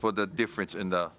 for the difference in the